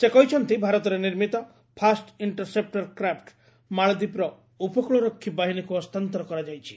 ସେ କହିଛନ୍ତି ଭାରତରେ ନିର୍ମିତ ଫାଷ୍ଟ ଇଷ୍ଟରସେପ୍ଟର କ୍ରାପ୍ଟ ମାଳଦୀପର ଉପକୂଳରକ୍ଷୀ ବାହିନୀକୁ ହସ୍ତାନ୍ତର କରାଯାଇଛି